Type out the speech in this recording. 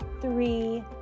three